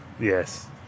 Yes